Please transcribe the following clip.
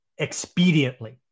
expediently